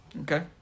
Okay